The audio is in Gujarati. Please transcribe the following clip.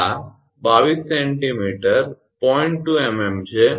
2 𝑚𝑚 છે